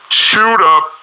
chewed-up